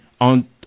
on